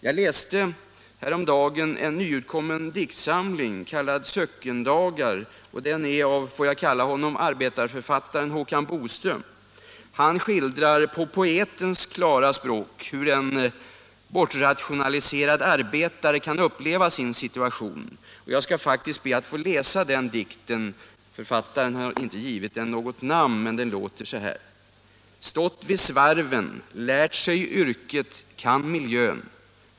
Jag läste häromdagen i en nyutkommen diktsamling kallad Söckendagar av — får jag kalla honom arbetareförfattaren — Håkan Boström. Han skildrar på poetens klara språk hur en ”bortrationaliserad” arbetare kan uppleva sin situation. Jag skall be att få läsa upp den dikten. Författaren har inte givit den något namn, men den låter så här. Stått vid svarven, lärt sig yrket, kan miljön.